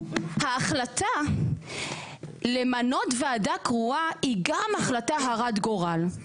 ההחלטה למנות ועדה קרואה היא גם החלטה הרת גורל.